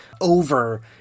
over